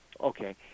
Okay